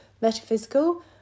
metaphysical